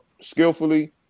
skillfully